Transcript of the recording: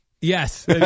Yes